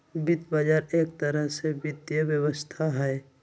वित्त बजार एक तरह से वित्तीय व्यवस्था हई